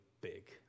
big